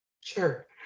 Sure